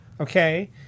Okay